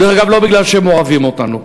דרך אגב, לא כי הם אוהבים אותנו,